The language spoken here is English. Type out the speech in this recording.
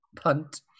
punt